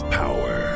power